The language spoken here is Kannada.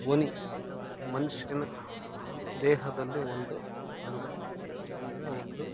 ಧ್ವನಿ ಮನುಷ್ಯನ ದೇಹದಲ್ಲಿ ಒಂದು ಅಂಗ ಅಂದರೆ ಒಂದು